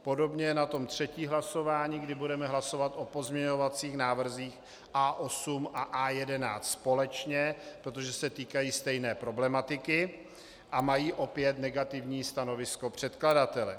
Podobně je na tom třetí hlasování, kdy budeme hlasovat o pozměňovacích návrzích A8 a A11 společně, protože se týkají stejné problematiky a mají opět negativní stanovisko předkladatele.